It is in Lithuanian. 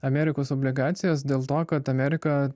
amerikos obligacijas dėl to kad amerika